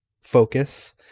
focus